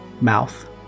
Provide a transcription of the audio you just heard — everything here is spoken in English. mouth